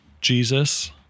Jesus